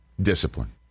discipline